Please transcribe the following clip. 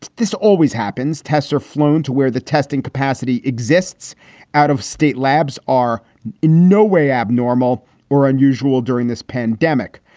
this always happens. tests are flown to where the testing capacity exists out of state labs are in no way abnormal or unusual during this pandemic.